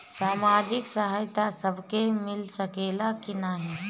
सामाजिक सहायता सबके मिल सकेला की नाहीं?